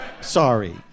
Sorry